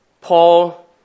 Paul